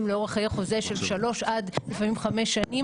לאורך חיי חוזה של 3 עד לפעמים 5 שנים.